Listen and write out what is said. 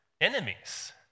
enemies